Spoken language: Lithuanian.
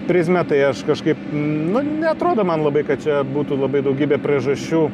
prizmę tai aš kažkaip nu neatrodo man labai kad čia būtų labai daugybė priežasčių